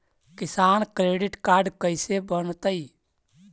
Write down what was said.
किसान credit card कैसे बनतै?